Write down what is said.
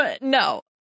no